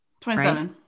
27